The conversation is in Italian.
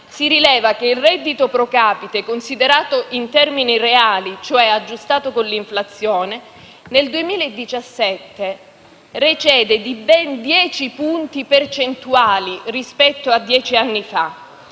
si rileva che il reddito *pro capite* considerato in termini reali, cioè aggiustato con l'inflazione, nel 2017 recede di ben dieci punti percentuali rispetto a dieci anni fa.